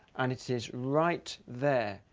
and it is right there,